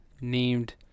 named